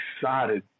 excited